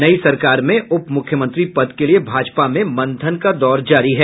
नई सरकार में उप मुख्यमंत्री पद के लिये भाजपा में मंथन का दौर जारी है